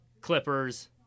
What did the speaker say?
Clippers